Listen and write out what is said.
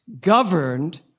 Governed